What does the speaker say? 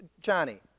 Johnny